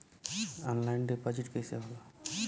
Online deposit कैसे होला?